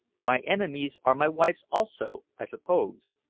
my enemies are my wife's also, i suppose.